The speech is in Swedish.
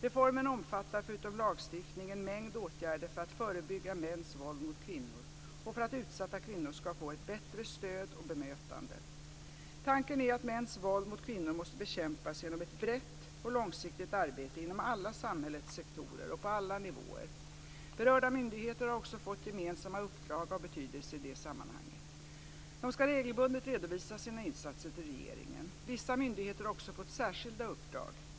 Reformen omfattar, förutom lagstiftning, en mängd åtgärder för att förebygga mäns våld mot kvinnor och för att utsatta kvinnor ska få ett bättre stöd och bemötande. Tanken är att mäns våld mot kvinnor måste bekämpas genom ett brett och långsiktigt arbete inom alla samhällets sektorer och på alla nivåer. Berörda myndigheter har också fått gemensamma uppdrag av betydelse i detta sammanhang. De ska regelbundet redovisa sina insatser till regeringen. Vissa myndigheter har också fått särskilda uppdrag.